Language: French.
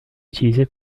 utilisé